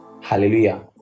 Hallelujah